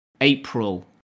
April